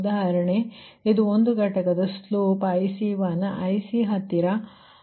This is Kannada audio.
ಉದಾಹರಣೆಗೆ ಇದು ಒಂದು ಘಟಕದ ಸ್ಲೋಪ್ IC1 IC ಹತ್ತಿರ ಒಂದು ಘಟಕದ ಸ್ಲೋಪ್ IC2